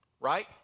right